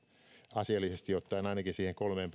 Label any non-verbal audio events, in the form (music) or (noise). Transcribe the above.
asiallisesti ottaen ainakin siihen kolmen (unintelligible)